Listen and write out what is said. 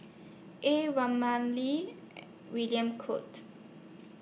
A Ramli William Goode